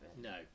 No